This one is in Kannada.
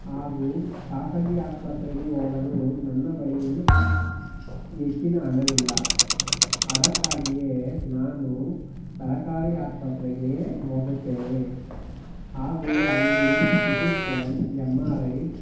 ಹಾಗೂ ಖಾಸಗಿ ಆಸ್ಪತ್ರೆಗೆ ಹೋಗಲು ನನ್ನ ಬಳಿ ಹೆಚ್ಚಿನ ಹಣವಿಲ್ಲ ಅದಕ್ಕಾಗಿಯೇ ನಾನು ಸರಕಾರಿ ಆಸ್ಪತ್ರೆಗೆ ಹೋಗುತ್ತೇನೆ ಹಾಗೂ ಅಲ್ಲಿ C T scan M R I